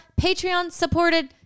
Patreon-supported